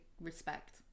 respect